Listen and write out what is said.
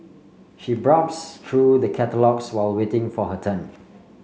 she browse through the catalogues while waiting for her turn